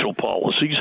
policies